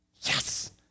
Yes